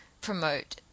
promote